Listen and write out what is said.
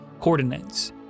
coordinates